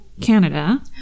Canada